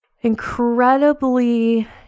incredibly